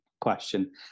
question